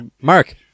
Mark